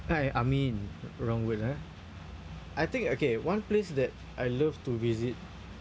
ameen wrong word ah I think okay one place that I love to visit